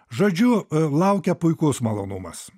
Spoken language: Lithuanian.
žodžiu laukia puikus malonumas